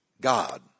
god